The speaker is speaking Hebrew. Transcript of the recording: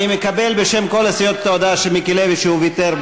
אני מקבל בשם כל הסיעות את ההודעה של מיקי לוי שהוא ויתר.